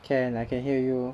can I can hear you